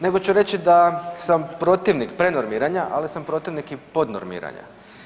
Nego ću reći da sam protivnik prenormiranja, ali sam protivnik i podnormiranja.